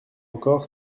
encore